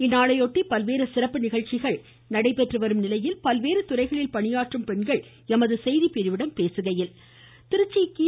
இந்நாளை ஒட்டி பல்வேறு சிறப்பு நிகழ்ச்சிகள் நடைபெற்று வரும் நிலையில் பல்வேறு துறைகளில் பணியாற்றும் பெண்கள் எமது செய்திப்பிரிவிடம் பேசுகையில் திருச்சி கி